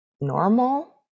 normal